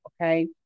okay